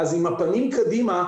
עם הפנים קדימה,